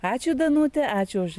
ačiū danute ačiū už